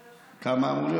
כמה אמור להיות?